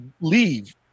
leave